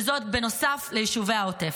וזאת נוסף ליישובי העוטף.